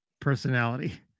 personality